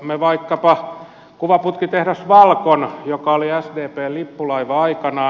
otamme vaikkapa kuvaputkitehdas valcon joka oli sdpn lippulaiva aikanaan